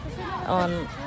on